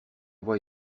voie